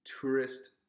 tourist